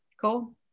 Cool